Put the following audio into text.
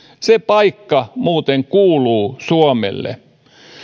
se paikka muuten kuuluu suomelle